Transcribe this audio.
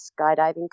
skydiving